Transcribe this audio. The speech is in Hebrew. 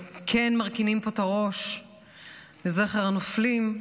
וכן מרכינים פה את הראש לזכר הנופלים.